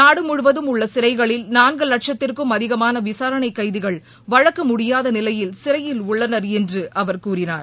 நாடு முழுவதும் உள்ள சிறைகளில் நான்கு வட்சத்திற்கும் அதிகமான விசாரணை கைதிகள் வழக்கு முடியாத நிலையில் சிறையில் உள்ளனர் என்று அவர் கூறினர்